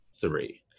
three